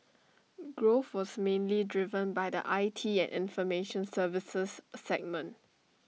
growth was mainly driven by the I T and information services segment